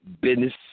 business